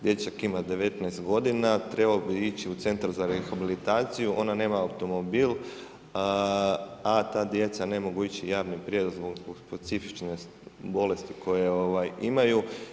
Dječak ima 19 godina, trebao bi ići u centar za rehabilitaciju, ona nema automobil a ta djeca ne mogu ići javnim prijevozom zbog specifične bolesti koju imaju.